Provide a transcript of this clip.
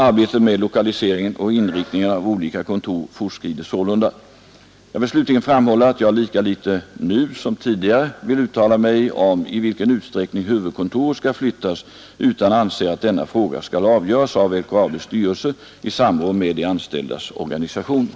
Arbetet med lokaliseringen och inriktningen av olika kontor fortskrider sålunda. Jag kan slutligen framhålla att jag lika litet nu som tidigare vill uttala mig om i vilken utsträckning huvudkontoret skall flyttas utan anser att denna fråga skall avgöras av LKAB styrelse i samråd med de anställdas organisationer.